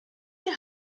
die